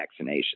vaccinations